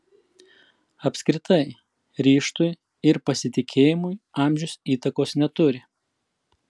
apskritai ryžtui ir pasitikėjimui amžius įtakos neturi